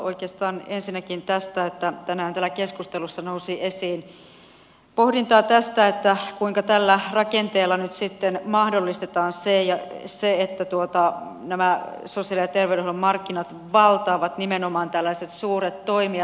oikeastaan ensinnäkin tästä että tänään täällä keskustelussa nousi esiin pohdintaa tästä kuinka tällä rakenteella nyt mahdollistetaan se että nämä sosiaali ja terveydenhuollon markkinat valtaavat nimenomaan tällaiset suuret toimijat